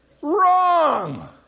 Wrong